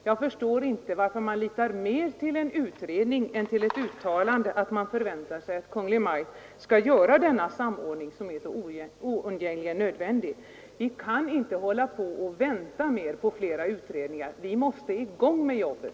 Jag förstår inte varför reservanterna litar mer till en utredning än till ett uttalande att utskottet förväntar sig att Kungl. Maj:t skall göra denna samordning som är så oundgängligen nödvändig. Vi kan inte hålla på och vänta på fler utredningar. Vi måste komma i gång med jobbet.